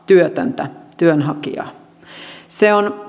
työtöntä työnhakijaa se on